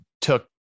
took